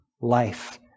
Life